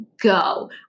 go